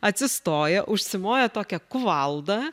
atsistoja užsimoja tokia kuvalda